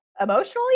Emotionally